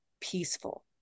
peaceful